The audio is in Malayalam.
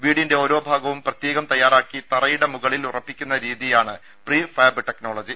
വീടിന്റെ ഓരോ ഭാഗവും പ്രത്യേകം തയ്യാറാക്കി തറയുടെ മുകളിൽ ഉറപ്പിക്കുന്ന രീതിയാണ് പ്രീ ഫാബ് ടെക്നോളജി